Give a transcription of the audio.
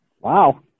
Wow